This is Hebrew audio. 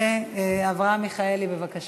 אברהם מיכאלי, בבקשה.